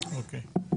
אוקיי.